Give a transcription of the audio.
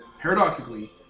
Paradoxically